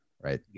Right